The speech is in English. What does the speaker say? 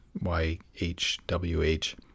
Y-H-W-H